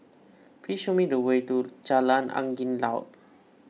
please show me the way to Jalan Angin Laut